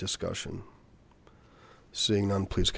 discussion seeing none please